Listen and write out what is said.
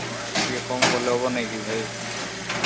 ଅଃ ଟିକେ କମ୍ କଲେ ହେବନାଇ କି ଭାଇ